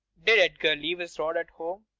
did edgar leave his rod at home?